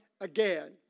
again